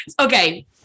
Okay